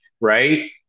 right